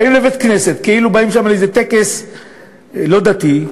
באות לבית-כנסת כאילו באות לאיזה טקס לא דתי שם.